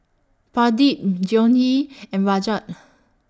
Pradip Dhoni and Rajat